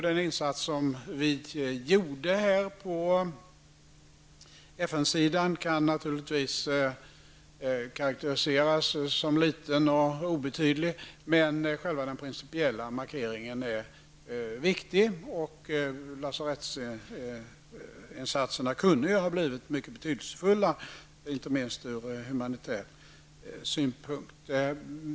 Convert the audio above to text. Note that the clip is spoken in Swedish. Den insats vi gjorde på FN-sidan kan naturligtvis karaktäriseras som liten och obetydlig, men själva den principiella markeringen är viktig. Lasarettsinsatserna kunde också ha blivit mycket betydelsefulla, inte minst ur humanitär synpunkt.